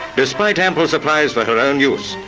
despite ample supplies for her own use,